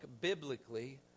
biblically